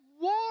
war